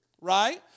right